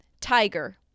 Tiger